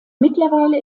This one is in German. mittlerweile